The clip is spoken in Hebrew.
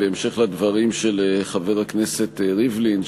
בהמשך לדברים של חבר הכנסת ריבלין,